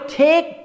take